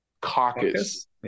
caucus